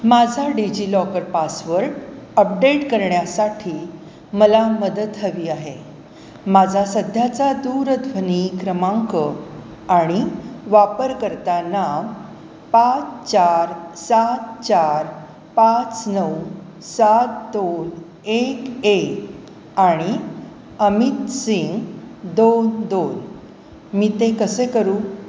माझा DigiLocker password update करण्यासाठी मला मदत हवी आहे माझा सध्याचा दूरध्वनी क्रमांक आणि वापरकर्ता नाव पाच चार सात चार पाच नऊ सात दोन एक एक आणि अमित सिंग दोन दोन मी ते कसे करू